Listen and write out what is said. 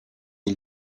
île